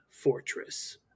fortress